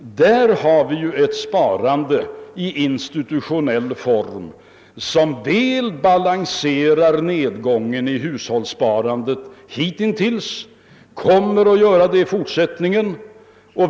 Där har vi ett sparande i institutionell form som väl balanserar nedgången hittills i hushållssparandet och som kommer att göra det i fortsättningen.